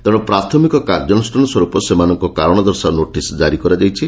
ତେଶୁ ପ୍ରାଥମିକ କାର୍ଯ୍ୟାନୁଷ୍ଷାନ ସ୍ୱରୂପ ସେମାନଙ୍କୁ କାରଣ ଦର୍ଶାଅ ନୋଟିସ୍ କାରି କରାଯାଇଛି